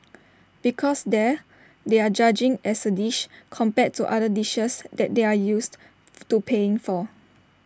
because there they're judging as A dish compared to other dishes that they're used to paying for